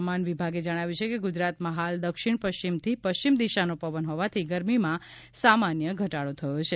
હવામાન વિભાગે જણાવ્યું છે કે ગુજરાતમાં હાલ દક્ષિણ પશ્ચિમથી પશ્ચિમ દિશાનો પવન હોવાથી ગરમીમાં સામાન્ય ઘટાડો થયો છે